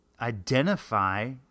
identify